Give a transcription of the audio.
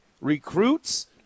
recruits